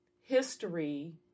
history